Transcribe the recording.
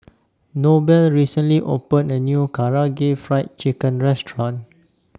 Noble recently opened A New Karaage Fried Chicken Restaurant